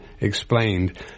explained